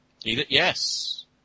Yes